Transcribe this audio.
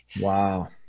Wow